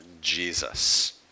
Jesus